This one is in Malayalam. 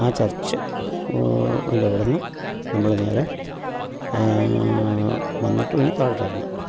ആ ചർച്ച് ൻ്റ അവിടുന്ന് നമ്മള് നേരെ വന്നിട്ട് പിന്നെ താഴോട്ടെക്കിറങ്ങി